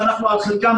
ואנחנו עלינו על חלקם,